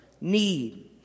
need